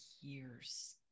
years